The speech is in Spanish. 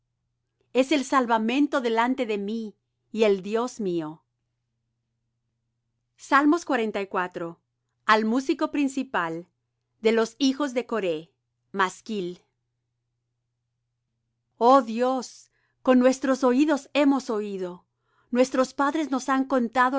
es él salvamento delante de mí y el dios mío al músico principal de los hijos de coré masquil oh dios con nuestros oídos hemos oído nuestros padres nos han contado